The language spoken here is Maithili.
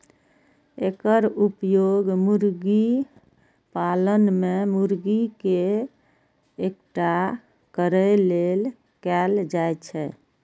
एकर उपयोग मुर्गी पालन मे मुर्गी कें इकट्ठा करै लेल कैल जाइ छै